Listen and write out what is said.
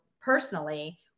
personally